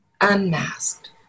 unmasked